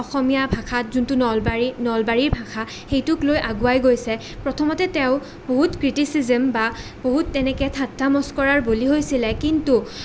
অসমীয়া ভাষাত যোনটো নলবাৰী নলবাৰীৰ ভাষা সেইটোক লৈ আগুৱাই গৈছে প্ৰথমতে তেওঁ বহুত ক্ৰিটিচিজম বা বহুত তেনেকৈ ঠাট্টা মস্কৰাৰ বলি হৈছিলে কিন্তু